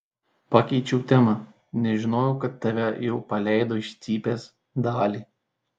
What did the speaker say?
pakeičiau temą nežinojau kad tave jau paleido iš cypės dali